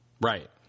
Right